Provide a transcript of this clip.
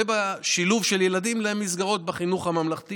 ובשילוב של ילדים במסגרות בחינוך הממלכתי